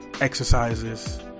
exercises